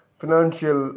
financial